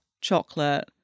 chocolate